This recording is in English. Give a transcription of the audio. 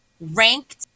ranked